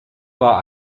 war